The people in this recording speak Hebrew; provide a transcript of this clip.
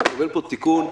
אני מקבל פה תיקון.